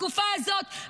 בתקופה הזאת,